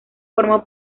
formó